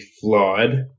flawed